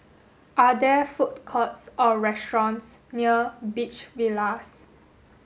are there food courts or restaurants near Beach Villas